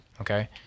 Okay